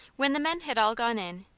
when the men had all gone in,